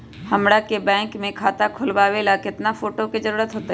हमरा के बैंक में खाता खोलबाबे ला केतना फोटो के जरूरत होतई?